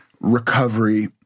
recovery